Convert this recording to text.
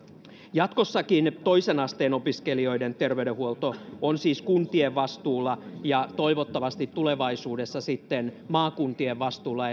jatkossakin toisen asteen opiskelijoiden terveydenhuolto on siis kuntien vastuulla ja toivottavasti tulevaisuudessa sitten maakuntien vastuulla